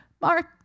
Mark